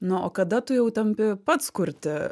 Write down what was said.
nu o kada tu jau tampi pats kurti